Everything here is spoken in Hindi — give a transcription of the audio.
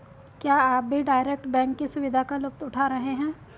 क्या आप भी डायरेक्ट बैंक की सुविधा का लुफ्त उठा रहे हैं?